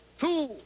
two